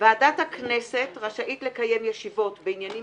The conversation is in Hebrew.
ועדת הכנסת רשאית לקיים ישיבות בעניינים